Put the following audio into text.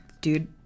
Dude